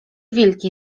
wilki